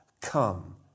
come